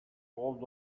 hold